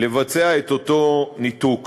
לבצע את אותו ניתוק: